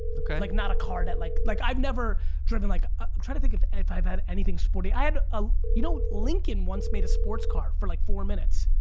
okay. like not a car that, like like i've never driven like i'm trying to think if and if i've had anything sporty. i had, ah you know lincoln once made a sports car. for like four minutes.